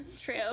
true